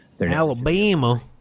Alabama